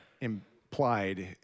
implied